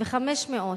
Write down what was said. ו-500,